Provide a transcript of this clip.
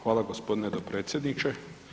Hvala gospodine dopredsjedniče.